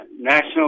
national